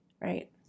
right